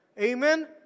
Amen